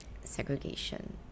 segregation